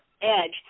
edge